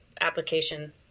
application